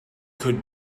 could